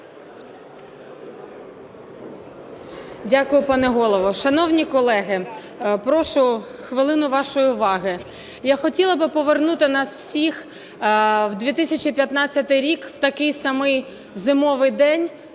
Дякую, пане Голово. Шановні колеги, прошу хвилину вашої уваги. Я хотіла би повернути нас всіх в 2015 рік, в такий самий зимовий день